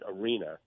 Arena